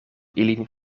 ilin